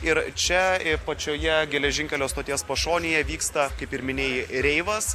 ir čia i pačioje geležinkelio stoties pašonėje vyksta kaip ir minėjai reivas